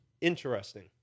interesting